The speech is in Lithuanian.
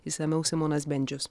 išsamiau simonas bendžius